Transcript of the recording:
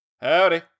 Howdy